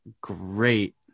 great